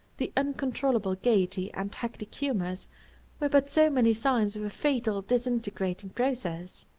the uncontrollable gayety and hectic humors were but so many signs of a fatal disintegrating process.